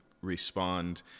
respond